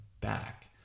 back